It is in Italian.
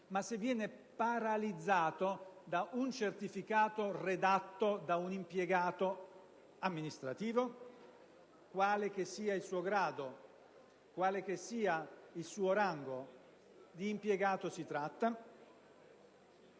138, ma da un certificato redatto da un impiegato amministrativo? Quale che sia il suo grado, quale che sia il suo rango, di impiegato si tratta.